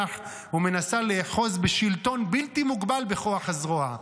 ומנסה לאחוז בשלטון בלתי מוגבל בכוח הזרוע.